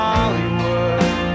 Hollywood